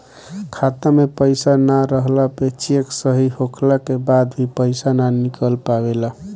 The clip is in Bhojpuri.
खाता में पईसा ना रहला पे चेक सही होखला के बाद भी पईसा ना निकल पावेला